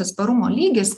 atsparumo lygis